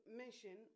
mention